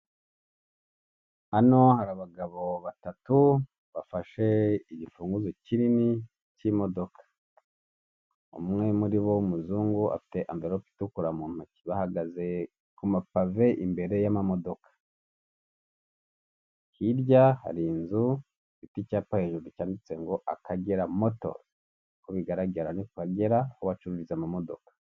Hano hari abagabo batatu bafashe igifunguzo kinini cy'imodoka, umwe muri bo w'umuzungu afite amvelope itukura mu ntoki, bahagaze ku mapave imbere y'amamodoka, hirya hari inzu ifite icyapa hejuru cyanditse ngo Akagera moto, uko bigaragara ni ku Akagera aho bacururiza amamodoka.